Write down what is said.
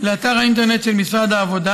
לאתר האינטרנט של משרד העבודה.